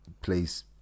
Please